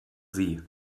sie